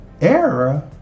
era